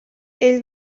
ell